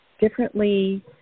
differently